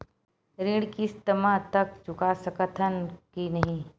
ऋण किस्त मा तक चुका सकत हन कि नहीं?